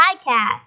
Podcast